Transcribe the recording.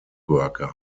worker